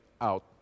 out